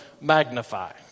magnify